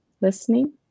listening